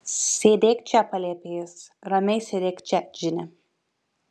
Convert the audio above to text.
sėdėk čia paliepė jis ramiai sėdėk čia džine